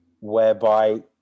whereby